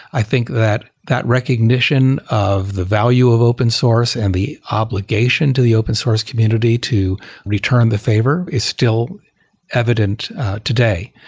i think that that recognition of the value of open source and the obligation to the open source community to return the favor is still evident today.